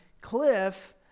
Cliff